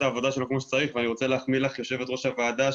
העבודה שלו כמו שצריך ואני רוצה להחמיא לך יו"ר הוועדה,